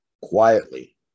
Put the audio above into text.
quietly